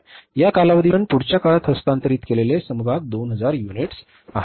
या कालावधीपासून पुढच्या काळात हस्तांतरित केलेले समभाग 2 हजार युनिट्स आहेत